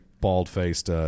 bald-faced